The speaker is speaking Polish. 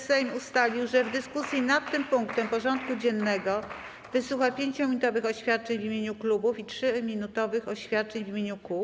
Sejm ustalił, że w dyskusji nad tym punktem porządku dziennego wysłucha 5-minutowych oświadczeń w imieniu klubów i 3-minutowych oświadczeń w imieniu kół.